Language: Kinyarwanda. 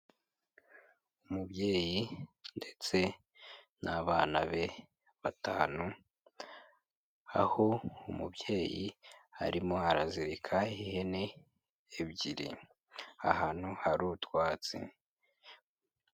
Umubyeyi ndetse n'abana be batanu, aho umubyeyi arimo arazirika ihene ebyiri ahantu hari utwatsi.